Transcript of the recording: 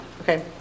Okay